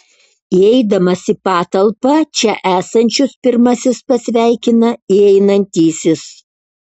įeidamas į patalpą čia esančius pirmasis pasveikina įeinantysis